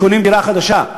הקונים דירה חדשה.